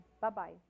bye-bye